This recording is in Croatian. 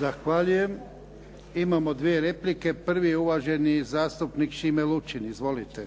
Zahvaljujem. Imamo dvije replike. Prvi je uvaženi zastupnik Šime Lučin. Izvolite. **Lučin,